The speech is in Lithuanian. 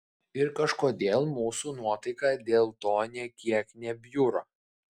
ir kažkodėl mūsų nuotaika dėl to nė kiek nebjūra